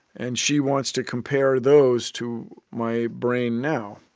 and she wants to compare those to my brain now.